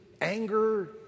anger